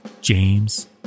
James